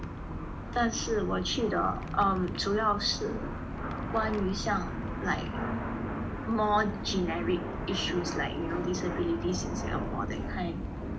但是我去的 um 主要是关于像 like more generic issues like you know disabilities in Singapore that kind